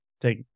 take